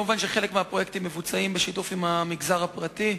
מובן שחלק מהפרויקטים מבוצע בשיתוף עם המגזר הפרטי,